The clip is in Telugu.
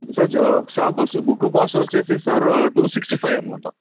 సార్ బస్సు బుక్కు కాస్టు వచ్చి సార్ టూ సిక్స్టీ ఫైవ్ అన్నమాట